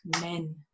men